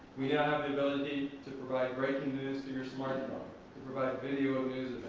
we now have the ability to provide breaking news to your smartphone, to provide video news